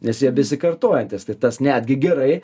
nes jie besikartojantys tai tas netgi gerai